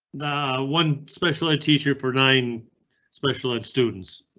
one special ed teacher for nine special ed students,